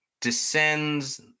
descends